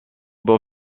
beau